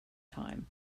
time